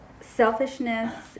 selfishness